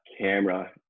camera